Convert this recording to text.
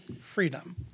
freedom